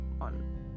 on